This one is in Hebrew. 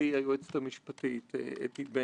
כשהתחלנו את התהליך אני לא כל כך הבנתי איך מתנהל שוק האשראי,